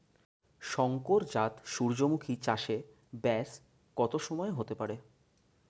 শংকর জাত সূর্যমুখী চাসে ব্যাস কত সময় হতে পারে?